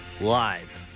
Live